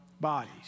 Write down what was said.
bodies